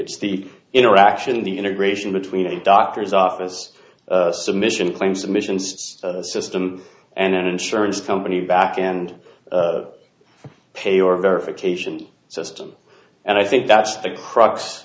it's the interaction the integration between a doctor's office submission claims submissions system and an insurance company back and pay or verification system and i think that's the crux